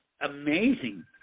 amazing